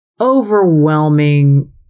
Overwhelming